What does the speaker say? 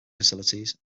facilities